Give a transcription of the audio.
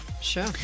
sure